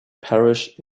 parish